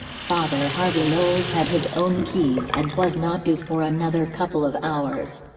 father harvey knowles had his own keys and was not due for another couple of hours.